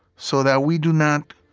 so that we do not